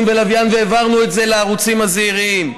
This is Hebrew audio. ולוויין והעברנו את זה לערוצים הזעירים.